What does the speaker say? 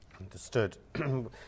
Understood